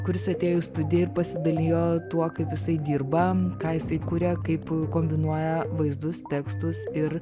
kuris atėjo į studiją ir pasidalijo tuo kaip jisai dirba ką jisai kuria kaip kombinuoja vaizdus tekstus ir